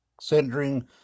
centering